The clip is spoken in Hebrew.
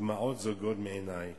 דמעות זולגות מעיני,